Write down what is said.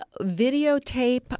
videotape